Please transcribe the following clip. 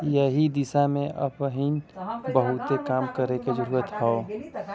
एह दिशा में अबहिन बहुते काम करे के जरुरत हौ